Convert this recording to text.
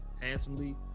handsomely